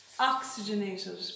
oxygenated